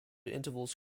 intervals